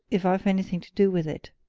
if i've anything to do with it!